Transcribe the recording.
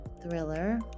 thriller